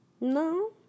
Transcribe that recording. No